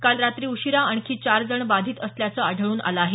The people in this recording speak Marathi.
काल रात्री उशीरा आणखी चार जण बाधित असल्याचं आढळून आलं आहे